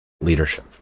leadership